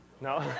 No